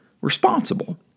responsible